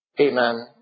Amen